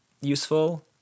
useful